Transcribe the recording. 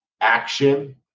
action